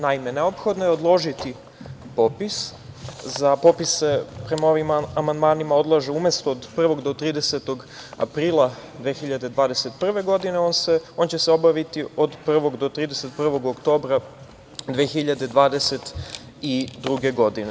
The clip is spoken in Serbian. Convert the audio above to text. Naime, neophodno je odložiti popis za popise, prema ovim amandmanima odlaže se umesto od 1. do 30. aprila 2021. godine, on će se obaviti od 1. do 30. oktobra 2022. godine.